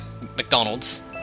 McDonald's